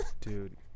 Dude